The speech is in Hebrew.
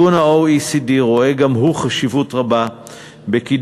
ה-OECD רואה גם הוא חשיבות רבה בקידום